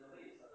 wait